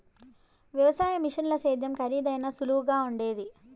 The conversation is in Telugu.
వ్యవసాయ మిషనుల సేద్యం కరీదైనా సులువుగుండాది